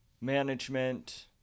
management